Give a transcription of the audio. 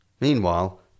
Meanwhile